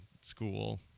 school